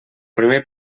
primer